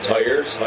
Tires